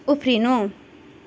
उफ्रिनु